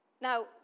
Now